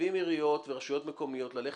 מחייבים עיריות ורשויות מקומיות ללכת